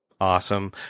awesome